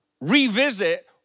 revisit